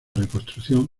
reconstrucción